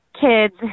kids